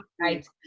right